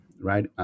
right